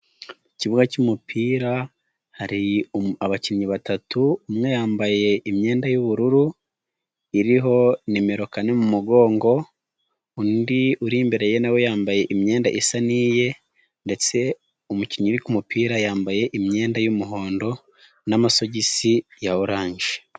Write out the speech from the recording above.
Ikibuga cy'umupira hari umu, abakinnyi batatu, umwe yambaye imyenda y'ubururu iriho nimero kane mu mugongo undi uri imbere ye nawe yambaye imyenda isa n'iye ndetse umukinnyi uri k'umupira yambaye imyenda y'umuhondo n'amasogisi ya oranje.